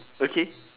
okay